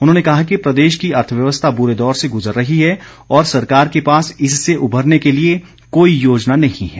उन्होंने कहा कि प्रदेश की अर्थव्यवस्था बुरे दौर से गुज़र रही है और सरकार के पास इससे उभरने के लिए कोई योजना नहीं है